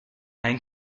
ein